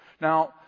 Now